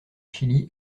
chili